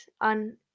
on